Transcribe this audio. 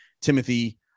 Timothy